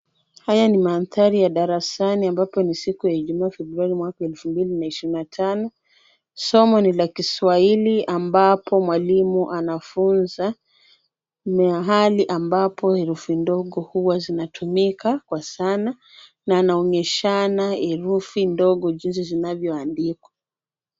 Haya ni mandhari ya darasani ambapo ni siku ya Ijumaa Februari mwaka wa elfu mbili ishirini na tano. Somo ni la Kiswahili ambapo mwalimu anafunza mahali ambapo herufi ndogo huwa zinatumika kwa sana na anaonyeshana herufi ndogo jinsi zinavyoandikwa.